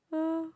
!huh!